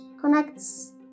connects